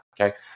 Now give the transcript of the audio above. Okay